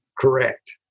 Correct